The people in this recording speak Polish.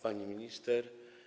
Pani Minister!